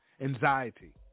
anxiety